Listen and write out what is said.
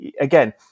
again